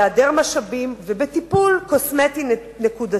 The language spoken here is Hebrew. בהעדר משאבים ובטיפול קוסמטי נקודתי.